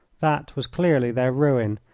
that was clearly their ruin,